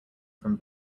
from